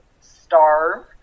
starve